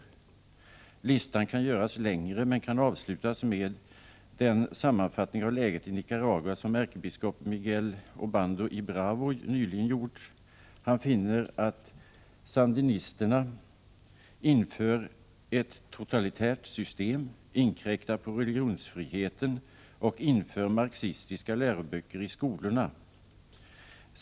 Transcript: Listan kan göras ännu längre, och den kan avslutas med den sammanfattning av läget i Nicaragua som ärkebiskop Migell Obando y Bravo nyligen har gjort. Han finner att sandinisterna inför ett totalitärt system, inkräktar på religionsfriheten och inför marxistiska läroböcker i skolorna.